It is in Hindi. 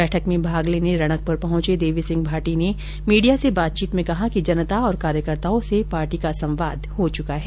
बैठक में भाग लेने रणकपुर पहुंचे देवी सिंह भाटी ने मीडिया से कहा कि जनता और कार्यकर्ताओं से संवाद हो चुका है